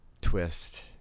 twist